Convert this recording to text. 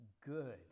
good